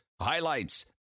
highlights